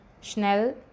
Schnell